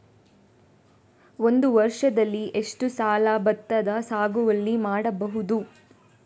ಒಂದು ವರ್ಷದಲ್ಲಿ ಎಷ್ಟು ಸಲ ಭತ್ತದ ಸಾಗುವಳಿ ಮಾಡಬಹುದು?